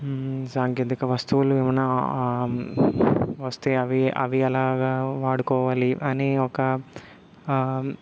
సాంకేతిక వస్తువులు ఏమన్నా వస్తే అవి అవి ఎలాగా వాడుకోవాలి అనే ఒక